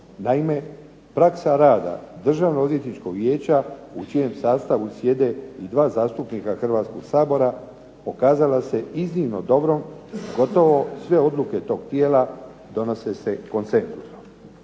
Naime, praksa rada Državnog odvjetničkog vijeća u čijem sastavu sjede i 2 zastupnika Hrvatskog sabora pokazala se iznimno dobrom. Gotovo sve odluke tog tijela donose se konsenzusom.